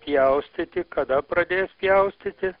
pjaustyti kada pradės pjaustyti